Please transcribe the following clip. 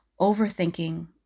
overthinking